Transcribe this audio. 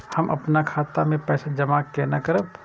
हम अपन खाता मे पैसा जमा केना करब?